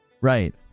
Right